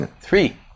Three